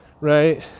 right